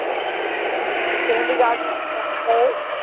तव्हां कंहिं बि ॻाल्हि जी चिंता न कयो